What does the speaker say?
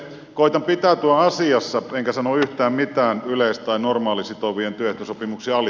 koetan pitäytyä asiassa enkä sano yhtään mitään yleis tai normaalisitovien työehtosopimuksia oli